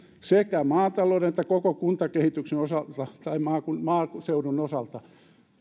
sekä maatalouden että koko kuntakehityksen osalta tai maaseudun osalta